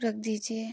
रख दीजिए